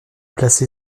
placée